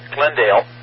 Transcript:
Glendale